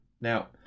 Now